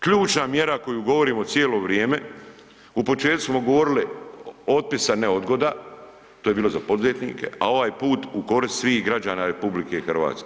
Ključna mjera koju govorimo cijelo vrijeme, u početku smo govorili otpis a ne odgoda, to je bilo za poduzetnike, a ovaj put u korist svih građana RH.